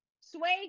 Sway